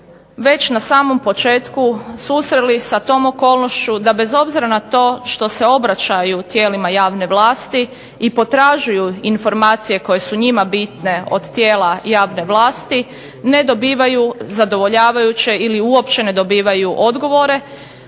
već na samom početku susreli sa tom okolnošću da bez obzira na to što se obraćaju tijelima javne vlasti i potražuju informacije koje su njima bitne od tijela javne vlasti ne dobivaju zadovoljavajuće ili uopće ne dobivaju odgovore